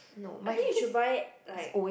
I think you should buy like